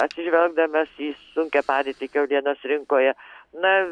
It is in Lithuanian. atsižvelgdamas į sunkią padėtį kiaulienos rinkoje na